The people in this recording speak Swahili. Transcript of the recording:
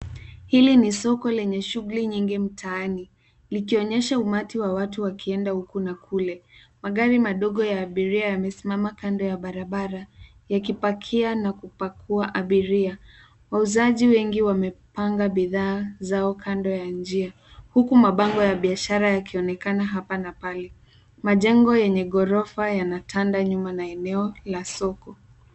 Hili ni soko lenye shughuli nyingi mtaani. Likionyesha umati wa watu wakienda huku na kule. Magari madogo ya abiria yamesimama kando ya barabara yakipakia na kupakua abiria. Wauzaji wengi wamepanga bidhaa zao kando ya njia huku mabango ya biashara yakionekana hapa na pale. Majengo yenye ghorofa yanatanda nyuma na eneo la soko.